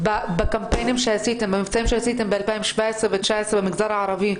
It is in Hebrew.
בקמפיינים שעשיתם בשנת 2017 ו-2019 במגזר הערבי,